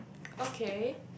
okay